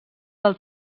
del